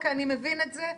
אני מבין את זה,